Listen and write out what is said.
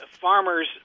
farmers